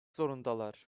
zorundalar